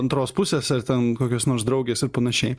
antros pusės ar ten kokios nors draugės ir panašiai